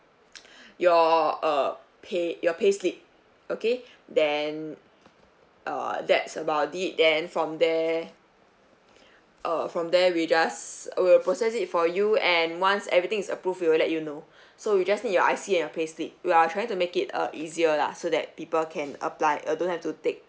your uh pay your pay slip okay then err that's about it then from there uh from there we just we'll process it for you and once everything's approve we will let you know so we just need your I_C and your pay slip we are trying to make it uh easier lah so that people can apply uh don't have to take